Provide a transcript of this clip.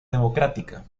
democrática